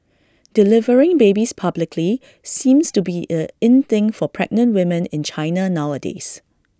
delivering babies publicly seems to be A in thing for pregnant women in China nowadays